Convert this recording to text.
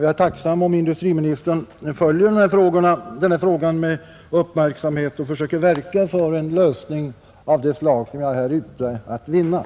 Jag är tacksam om industriministern följer denna fråga med uppmärksamhet och försöker verka för en lösning av det slag som jag här är ute efter.